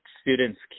students